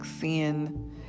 seeing